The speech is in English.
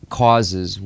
causes